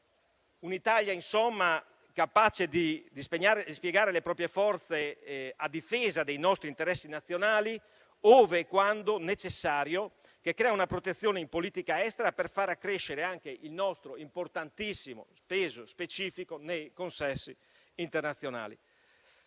insomma, capace di dispiegare le proprie forze a difesa dei nostri interessi nazionali, ove e quando necessario, che crea una protezione in politica estera per far accrescere anche il nostro importantissimo il peso specifico nei consessi internazionali.